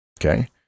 Okay